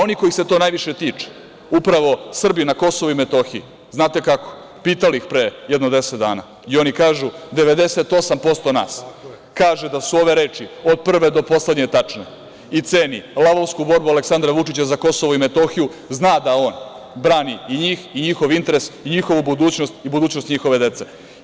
Oni kojih se to najviše tiče, upravo Srbi na KiM, znate kako, pitali ih pre jedno deset dana, oni kažu - 98% nas kaže da su ove reči od prve do poslednje tačne, i ceni lavovsku borbu Aleksandra Vučića za KiM, zna da on brani i njih i njihov interes i njihovu budućnost i budućnost njihove dece.